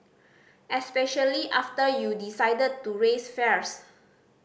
especially after you decided to raise fares